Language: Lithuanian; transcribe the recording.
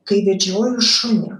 kai vedžioju šunį